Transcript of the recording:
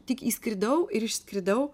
tik įskridau ir išskridau